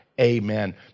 Amen